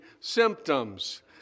symptoms